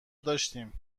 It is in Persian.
داشتیم